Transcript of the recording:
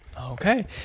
Okay